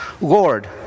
Lord